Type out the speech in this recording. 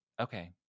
okay